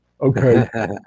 okay